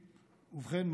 ובכן,